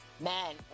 Man